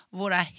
våra